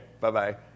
Bye-bye